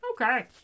okay